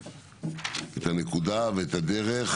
הנקודה ואת הדרך,